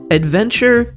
adventure